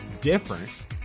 different